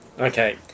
Okay